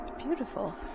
Beautiful